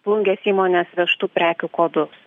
plungės įmonės vežtų prekių kodus